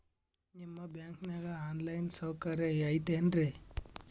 ನಿಮ್ಮ ಬ್ಯಾಂಕನಾಗ online ಸೌಕರ್ಯ ಐತೇನ್ರಿ?